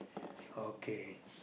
okay